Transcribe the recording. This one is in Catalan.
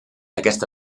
aquesta